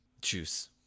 juice